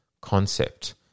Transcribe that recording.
concept